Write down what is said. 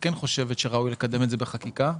כן חושבת שראוי לקדם את זה בחקיקה,